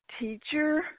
teacher